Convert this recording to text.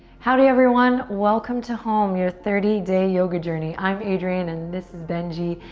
howdy everyone, welcome to home, your thirty day yoga journey. i'm adriene and this is benji,